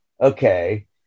okay